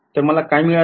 तर मला काय मिळाले